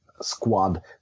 squad